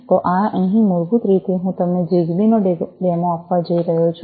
તો અહીં મૂળભૂત રીતે હું તમને જીગબી નો ડેમો આપવા જઈ રહ્યો છું